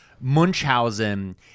Munchausen